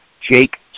Jake